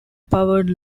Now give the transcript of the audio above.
powered